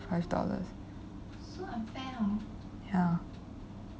five dollars ya